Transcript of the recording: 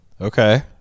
Okay